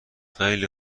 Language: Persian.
خیلی